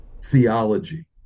theology